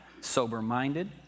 sober-minded